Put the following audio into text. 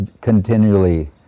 continually